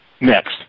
Next